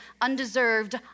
undeserved